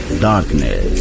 Darkness